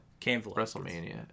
wrestlemania